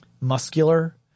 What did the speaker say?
muscular